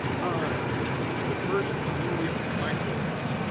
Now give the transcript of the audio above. ah and diverse community of microbes.